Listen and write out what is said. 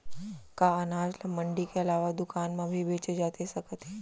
का अनाज ल मंडी के अलावा दुकान म भी बेचे जाथे सकत हे?